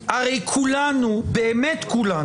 כולנו, באמת כולנו,